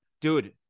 dude